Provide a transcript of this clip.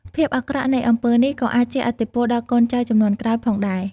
ភាពអាក្រក់នៃអំពើនេះក៏អាចជះឥទ្ធិពលដល់កូនចៅជំនាន់ក្រោយផងដែរ។